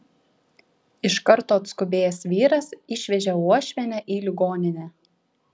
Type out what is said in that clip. iš karto atskubėjęs vyras išvežė uošvienę į ligoninę